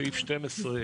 סעיף 12,